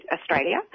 Australia